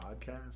podcast